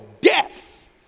death